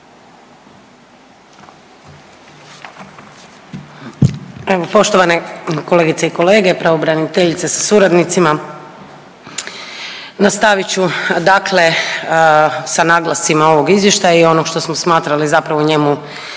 poštovane kolegice i kolege, pravobraniteljice sa suradnicima, nastavit ću dakle sa naglascima ovog izvještaja i onog što smo smatrali zapravo u njemu